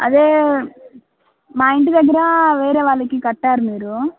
అదే మా ఇంటి దగ్గరా వేరే వాళ్ళకి కట్టారు మీరు